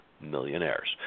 millionaires